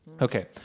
okay